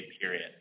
period